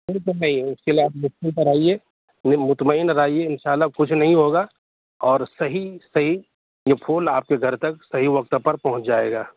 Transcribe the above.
ارے تو بھائی اس کے لیے آپ بکنگ کرائیے مطمئن رہیے انشاء اللہ کچھ نہیں ہوگا اور صحیح صحیح یہ پھول آپ کے گھر تک صحیح وقت پر پہنچ جائے گا